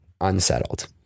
unsettled